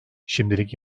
şimdilik